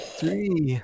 three